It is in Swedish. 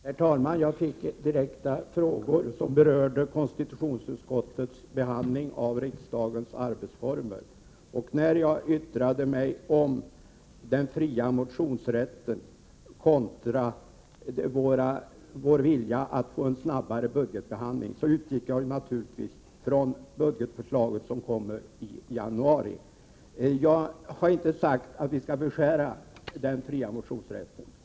Herr talman! Jag fick direkta frågor som berör konstitutionsutskottets behandling av frågan om riksdagens arbetsformer. När jag yttrade mig om den fria motionsrätten kontra vår vilja att få en snabbare budgetbehandling utgick jag naturligtvis från det budgetförslag som kommer i januari. Jag har inte sagt att vi skall beskära den fria motionsrätten.